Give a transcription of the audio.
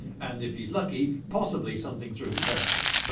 and if he's lucky possibly something through his periscope.